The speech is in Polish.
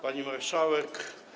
Pani Marszałek!